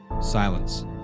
silence